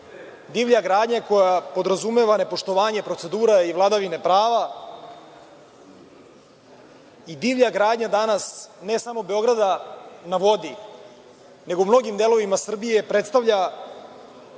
Divlja gradnja je koja podrazumeva nepoštovanje procedura i vladavine prava i divlja gradnja danas, ne samo „Beograda na vodi“, nego u mnogim delovima Srbije predstavlja